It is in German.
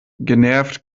genervt